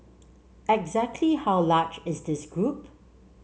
exactly how large is this group